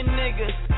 niggas